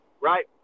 right